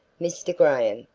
mr. graham,